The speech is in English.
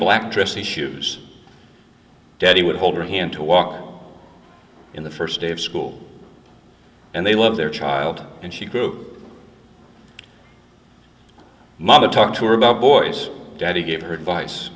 black dress and shoes daddy would hold her hand to walk in the first day of school and they love their child and she group mother talked to her about boys daddy gave her advice